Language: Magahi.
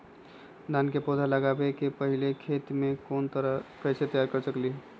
धान के पौधा लगाबे से पहिले खेत के कोन तरह से तैयार कर सकली ह?